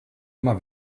immer